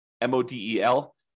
M-O-D-E-L